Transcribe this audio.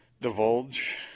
divulge